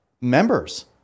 members